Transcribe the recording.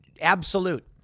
absolute